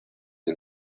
and